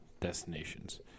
destinations